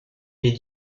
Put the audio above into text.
est